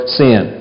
sin